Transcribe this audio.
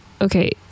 okay